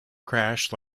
crash